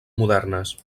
modernes